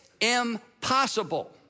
impossible